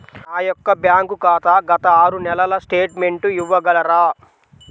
నా యొక్క బ్యాంక్ ఖాతా గత ఆరు నెలల స్టేట్మెంట్ ఇవ్వగలరా?